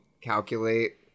calculate